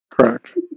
Correct